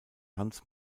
hanns